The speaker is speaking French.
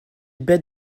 bête